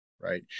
right